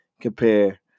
compare